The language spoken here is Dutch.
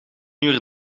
uur